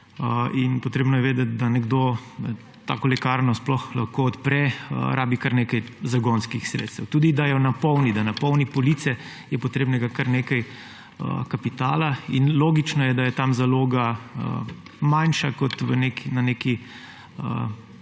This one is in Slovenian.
in potrebno je vedeti, da nekdo tako lekarno sploh lahko odpre, rabi kar nekaj zagonskih sredstev, tudi da jo napolni, da napolni police, je potrebnega kar nekaj kapitala. In logično je, da je tam zaloga manjša kot na neki